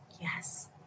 Yes